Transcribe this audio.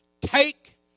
take